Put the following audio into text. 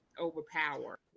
overpower